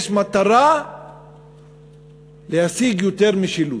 יש מטרה להשיג יותר משילות.